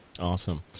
Awesome